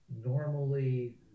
normally